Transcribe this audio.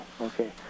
okay